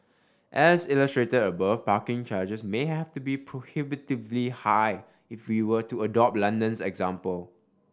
as illustrated above parking charges may have to be prohibitively high if we were to adopt London's example